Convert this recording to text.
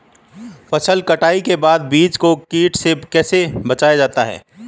फसल कटाई के बाद बीज को कीट से कैसे बचाया जाता है?